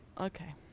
Okay